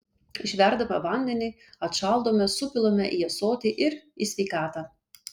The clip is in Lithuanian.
išverdame vandenį atšaldome supilame į ąsotį ir į sveikatą